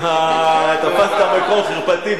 אה, תפסת מקום חרפתי.